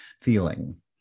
feeling